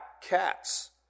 cats